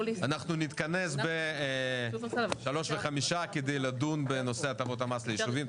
אנחנו נתכנס ב-15:05 כדי לדון בנושא התאמות המס לישובים.